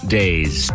days